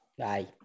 Aye